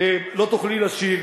לא תוכלי לשיר,